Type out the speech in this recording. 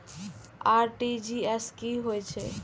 RTGS की होय छै